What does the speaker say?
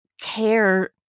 care